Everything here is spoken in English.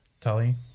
Tully